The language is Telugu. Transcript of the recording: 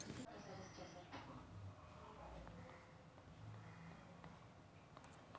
పేస్ట్ మేనేజ్మెంట్ డిస్ట్రిబ్యూషన్ ఏజ్జి కో వేరియన్స్ టెక్ నిక్ ఉపయోగం ఏంటి